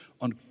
on